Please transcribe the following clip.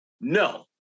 no